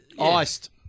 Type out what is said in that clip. Iced